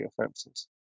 offences